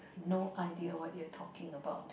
no idea what you are talking about